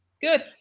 Good